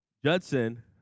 Judson